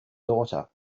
daughter